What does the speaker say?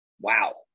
Wow